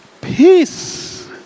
Peace